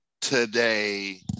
today